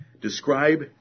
describe